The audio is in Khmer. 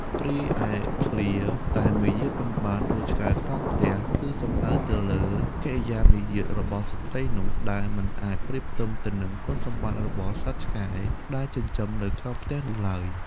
រីឯឃ្លា "តែមាយាទមិនបានដូចឆ្កែក្រោមផ្ទះ" គឺសំដៅទៅលើកិរិយាមារយាទរបស់ស្ត្រីនោះ ដែលមិនអាចប្រៀបផ្ទឹមទៅនឹងគុណសម្បត្តិរបស់សត្វឆ្កែដែលចិញ្ចឹមនៅក្រោមផ្ទះនោះឡើយ។